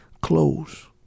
clothes